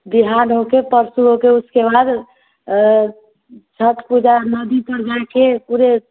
बिहान हो के पैर छु ओके उसके बाद छठ पूजा नदी पर जाकर पूरे